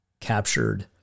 captured